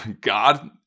God